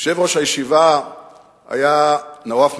יושב-ראש הישיבה היה נואף מסאלחה.